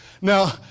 Now